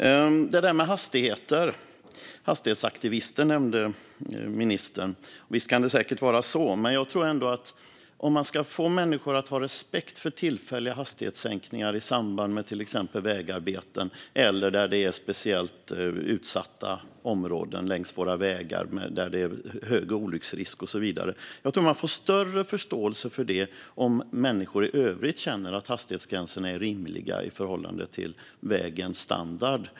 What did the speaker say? När det handlar om hastigheter nämnde ministern hastighetsaktivister, och visst kan det säkert vara så. Men jag tror ändå att människor lättare kan ha respekt och större förståelse för tillfälliga hastighetssänkningar i samband med till exempel vägarbeten eller i speciellt utsatta områden längs våra vägar med hög olycksrisk om de känner att hastighetsgränserna i övrigt är rimliga i förhållande till vägens standard.